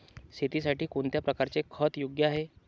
शेतीसाठी कोणत्या प्रकारचे खत योग्य आहे?